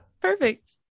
Perfect